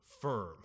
Firm